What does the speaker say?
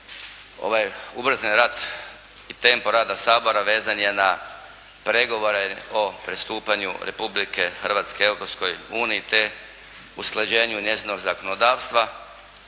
ovaj ubrzani rad i tempo rada Sabor vezan je na pregovore o pristupanju Republike Hrvatske Europskoj uniji, te usklađenju njezinog zakonodavstva,